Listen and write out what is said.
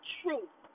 truth